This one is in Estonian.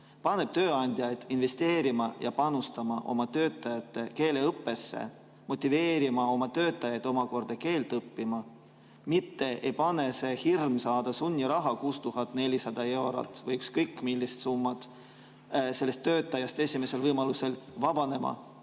paneb tööandjaid investeerima ja panustama oma töötajate keeleõppesse, motiveerima oma töötajaid omakorda keelt õppima, mitte ei pane see hirm saada sunniraha 6400 eurot või ükskõik millist summat sellest töötajast esimesel võimalusel vabanema